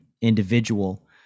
individual